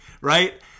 right